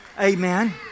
Amen